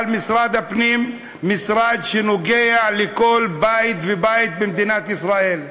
אבל משרד הפנים הוא משרד שנוגע לכל בית ובית במדינת ישראל.